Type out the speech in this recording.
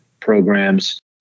programs